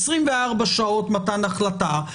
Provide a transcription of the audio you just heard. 24 שעות מתן החלטה,